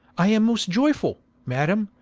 i am most ioyfull madam,